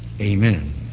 Amen